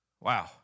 Wow